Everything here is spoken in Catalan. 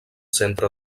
centre